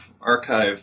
Archive